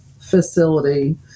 facility